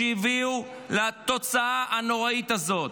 שהביאו לתוצאה הנוראית הזאת,